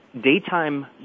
daytime